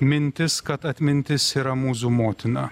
mintis kad atmintis yra mūzų motina